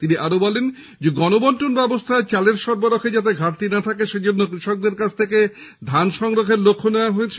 তিনি বলেন গণবণ্টন ব্যবস্থায় চালের সরবরাহে যাতে ঘাটতি না থাকে সেজন্য কৃষকদের কাছ থেকে ধান সংগ্রহের লক্ষ্য নেওয়া হয়েছে